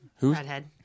redhead